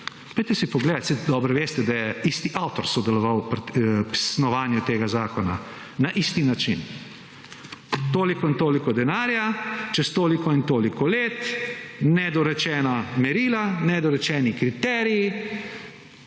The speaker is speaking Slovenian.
Pojdite si pogledati, saj dobro veste, da je isti avtor sodeloval pri snovanju tega zakona, na isti način. Toliko in toliko denarja, čez toliko in toliko let, nedorečena merila, nedorečeni kriteriji,